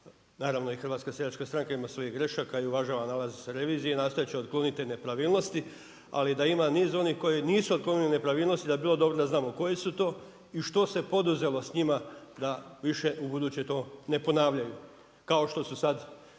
naravno i HSS ima svoj grešaka i uvažava nalaz revizije, nastojat će otkloniti te nepravilnosti, ali da ima niz onih koji nisu otklonili nepravilnosti da bi bilo dobro da znamo koje su to i što se poduzelo s njima da više ubuduće to ne ponavljaju. Kao što su sad dva ili